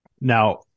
now